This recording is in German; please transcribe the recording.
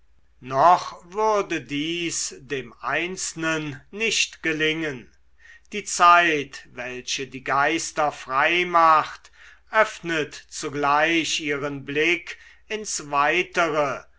noch würde dies dem einzelnen nicht gelingen die zeit welche die geister frei macht öffnet zugleich ihren blick ins weitere